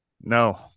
No